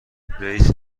رئیس